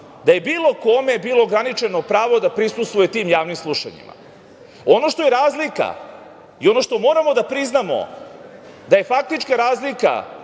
da je bilo kome bilo ograničeno pravo da prisustvuje tim javnim slušanjima. Ono što je razlika i ono što moramo da priznamo, da je faktička razlika